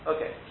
Okay